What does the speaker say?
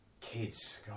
kids